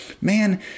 man